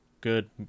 good